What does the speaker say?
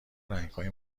رنگهای